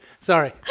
Sorry